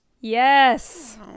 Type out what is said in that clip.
Yes